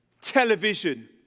television